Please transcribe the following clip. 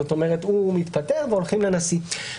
זאת אומרת, הוא מתפטר והולכים לנשיא.